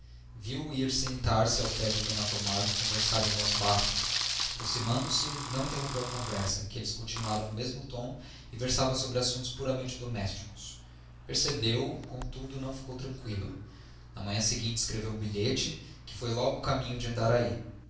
viu-o ir sentar-se ao pé de d tomásia e conversarem em voz baixa aproximando-se não interrompeu a conversa que eles continuaram no mesmo tom e versava sobre assuntos puramente domésticos percebeu-o contudo não ficou tranqüila na manhã seguinte escreveu um bilhete que foi logo caminho de andaraí